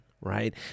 right